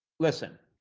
listen,